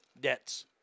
debts